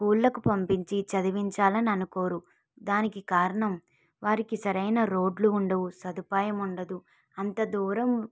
స్కూళ్ళకు పంపించి చదివించాలి అని అనుకోరు దానికి కారణం వారికి సరైన రోడ్లు ఉండవు సదుపాయం ఉండదు అంత దూరం